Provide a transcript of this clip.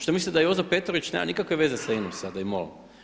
Šta mislite da Jozo Petrović nema nikakve veze sa INA-om sada i MOL-om?